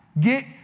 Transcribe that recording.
get